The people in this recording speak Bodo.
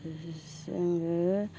जोङो